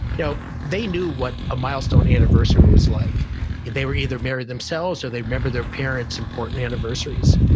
you know they knew what a milestone anniversary was like they were either married themselves or they remember their parents' important anniversaries.